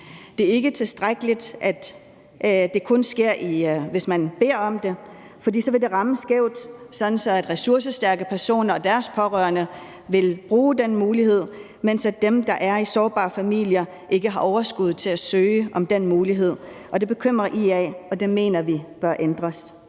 Det er ikke tilstrækkeligt, at det kun sker, hvis man beder om det, for så vil det ramme skævt, sådan at ressourcestærke personer og deres pårørende vil bruge den mulighed, mens dem, der er i sårbare familier, ikke har overskud til at søge om den mulighed, og det bekymrer IA, og det mener vi bør ændres.